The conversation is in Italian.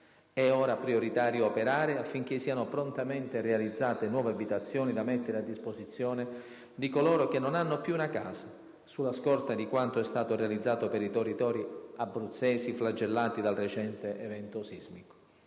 è ora prioritario operare affinché siano prontamente realizzate nuove abitazioni da mettere a disposizione di coloro che non hanno più una casa, sulla scorta di quanto è stato realizzato per i territori abruzzesi flagellati dal recente evento sismico.